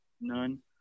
none